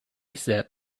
said